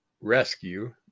rescue